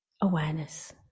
awareness